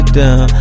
down